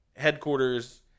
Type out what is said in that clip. Headquarters